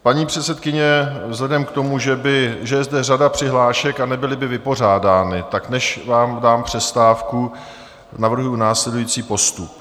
Paní předsedkyně, vzhledem k tomu, že je zde řada přihlášek a nebyly by vypořádány, tak než vám dám přestávku, navrhuji následující postup.